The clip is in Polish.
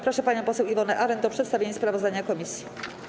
Proszę panią poseł Iwonę Arent o przedstawienie sprawozdania komisji.